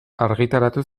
argitaratu